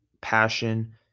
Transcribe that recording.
passion